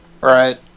Right